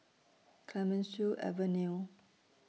Clemenceau Avenue